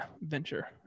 venture